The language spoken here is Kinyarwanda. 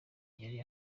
yari